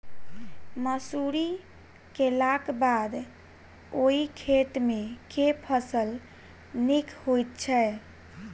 मसूरी केलाक बाद ओई खेत मे केँ फसल नीक होइत छै?